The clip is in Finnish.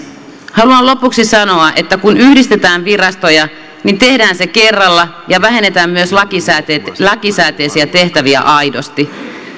haluan lopuksi sanoa että kun yhdistetään virastoja tehdään se kerralla ja vähennetään myös lakisääteisiä lakisääteisiä tehtäviä aidosti